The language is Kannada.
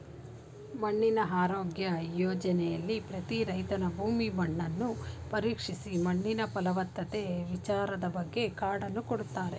ಮಣ್ಣಿನ ಆರೋಗ್ಯ ಯೋಜನೆಲಿ ಪ್ರತಿ ರೈತನ ಭೂಮಿ ಮಣ್ಣನ್ನು ಪರೀಕ್ಷಿಸಿ ಮಣ್ಣಿನ ಫಲವತ್ತತೆ ವಿಚಾರದ್ಬಗ್ಗೆ ಕಾರ್ಡನ್ನು ಕೊಡ್ತಾರೆ